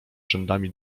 rzędami